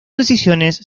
decisiones